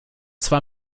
zwar